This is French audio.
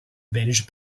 belge